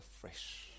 fresh